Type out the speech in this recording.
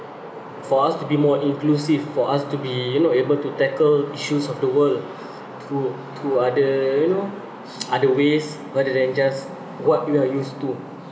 for us to be more inclusive for us to be you know able to tackle issues of the world through through other you know other ways rather than just what you are used to